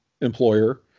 employer